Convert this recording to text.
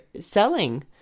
selling